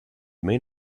may